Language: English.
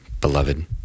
beloved